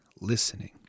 listening